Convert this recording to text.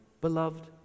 beloved